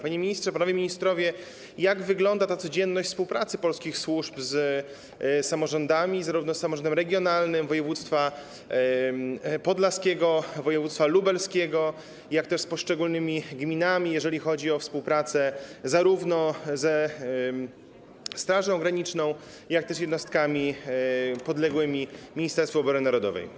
Panie ministrze, panowie ministrowie, jak wygląda ta codzienność współpracy polskich służb z samorządami, zarówno z samorządami regionalnymi województwa podlaskiego i województwa lubelskiego, jak i z poszczególnymi gminami, jeżeli chodzi o współpracę zarówno ze Strażą Graniczną, jak i z jednostkami podległymi Ministerstwu Obrony Narodowej?